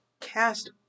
Cast